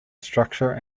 structure